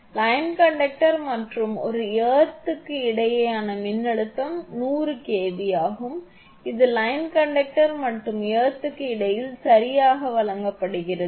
line conductor மற்றும் ஒரு எர்த்க்கு இடையேயான மின்னழுத்தம் 100 kV ஆகும் இது லைன் கண்டக்டர் மற்றும் எர்த்க்கு இடையில் சரியாக வழங்கப்படுகிறது